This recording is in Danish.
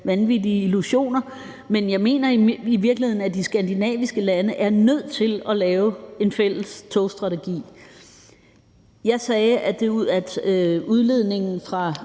vanvittige illusioner, men jeg mener i virkeligheden, at de skandinaviske lande er nødt til at lave en fælles togstrategi. Jeg sagde, at udledningen fra